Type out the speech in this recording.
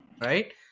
right